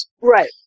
Right